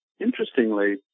interestingly